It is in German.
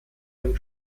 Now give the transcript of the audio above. den